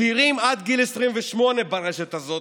צעירים עד גיל 28 נופלים ברשת הזאת,